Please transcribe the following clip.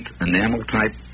enamel-type